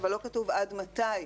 אבל לא כתוב עד מתי.